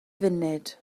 funud